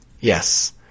Yes